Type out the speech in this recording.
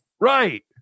right